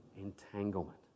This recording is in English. entanglement